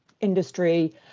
industry